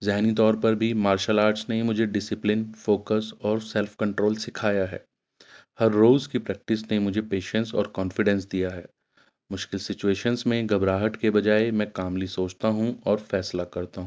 ذہنی طور پر بھی مارشل آرٹس نے مجھے ڈسپلن فوکس اور سیلف کنٹرول سکھایا ہے ہر روز کی پریکٹس نے مجھے پیشنس اور کانفیڈینس دیا ہے مشکل سچویشنس میں گھبراہٹ کے بجائے میں کاملی سوچتا ہوں اور فیصلہ کرتا ہوں